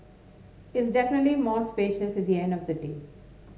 it's definitely more spacious the end of the day